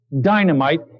dynamite